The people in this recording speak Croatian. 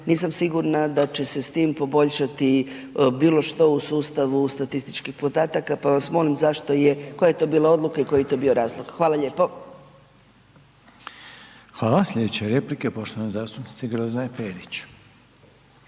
nisam sigurna da će se s tim poboljšati bilo što u sustavu statističkih podataka, pa vas molim zašto je, koja je to bila odluka i koji je to bio razlog? Hvala lijepo. **Reiner, Željko (HDZ)** Hvala, slijedeće replike poštovane zastupnice Grozdane Perić.